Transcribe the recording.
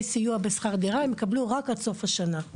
סיוע בשכר דירה הם יקבלו רק עד סוף השנה.